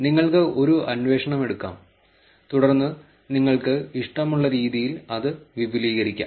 നിങ്ങൾക്ക് ഒരു അന്വേഷണം എടുക്കാം തുടർന്ന് നിങ്ങൾക്ക് ഇഷ്ടമുള്ള രീതിയിൽ അത് വിപുലീകരിക്കാം